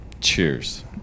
cheers